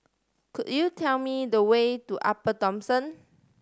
could you tell me the way to Upper Thomson